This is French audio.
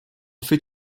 fait